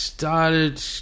started